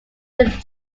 northern